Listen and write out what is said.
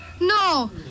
No